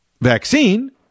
vaccine